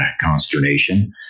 consternation